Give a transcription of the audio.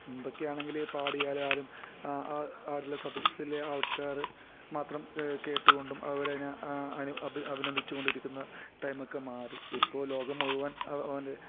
മുമ്പൊക്കെ ആണെങ്കിൽ പാടിയാൽ ആരും ആ ഹാളിലെ സദസ്സിലെ ആൾക്കാർ മാത്രം കേട്ടുകൊണ്ടും അതുപോലെതന്നെ അതിനെ അഭി അഭിനന്ദിച്ചുകൊണ്ടും ഇരിക്കുന്ന ടൈമൊക്കെ മാറി ഇപ്പോൾ ലോകം മുഴുവൻ അവൻ്റെ